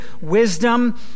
wisdom